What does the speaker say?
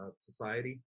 society